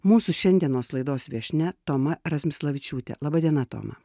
mūsų šiandienos laidos viešnia toma razmislavičiūtė laba diena toma